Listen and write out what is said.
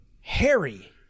Harry